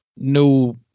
No